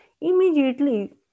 immediately